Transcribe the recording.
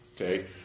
okay